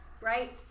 Right